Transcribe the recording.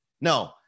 No